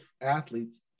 athletes